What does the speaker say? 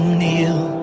kneel